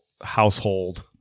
household